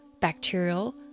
bacterial